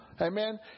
Amen